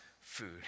food